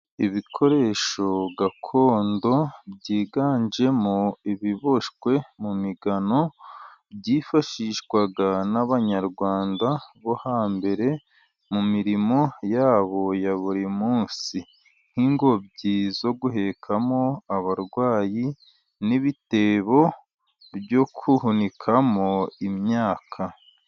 Ibikoresho gakondo, byiganjemo ibiboshywe mu migano, byifashishwaga n'abanyarwanda bo hambere, mu mirimo yabo ya buri munsi, nk'ingobyi zo guhekamo abarwayi, n'ibitebo byo guhunikamo imyaka.